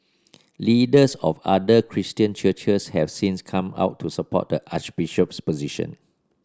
leaders of other Christian churches have since come out to support the Archbishop's position